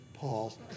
Paul